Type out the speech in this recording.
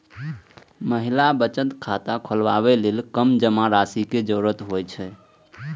महिला बचत खाता खोलबै लेल कम जमा राशि के जरूरत होइ छै